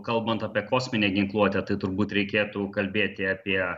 kalbant apie kosminę ginkluotę tai turbūt reikėtų kalbėti apie